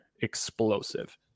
explosive